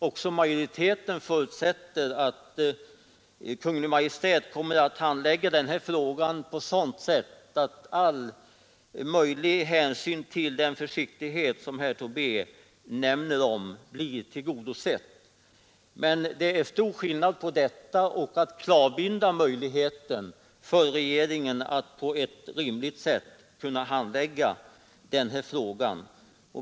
Också majoriteten förutsätter att Kungl. Maj:t kommer att handlägga frågan på sådant sätt att all möjlig hänsyn tas till den försiktighet som herr Tobé talar om. Men det är stor skillnad mellan detta och att klavbinda regeringen när det gäller möjligheten att på ett rimligt sätt handlägga frågan.